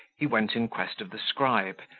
he went in quest of the scribe,